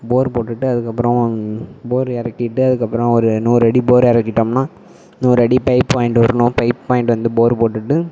போர் போட்டுவிட்டு அதுக்கப்புறம் போர் இறக்கிட்டு அதுக்கப்புறம் ஒரு நூறு அடி போர் இறக்கிட்டோம்னா நூறு அடி பைப் வாங்கிட்டு வரணும் பைப் வாங்கிட்டு வந்து போரு போட்டுவிட்டு